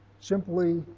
simply